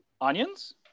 onions